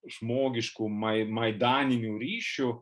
žmogiškų mai maidaninių ryšių